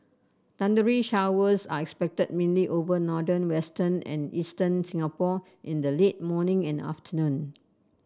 thundery showers are expected mainly over northern western and eastern Singapore in the late morning and afternoon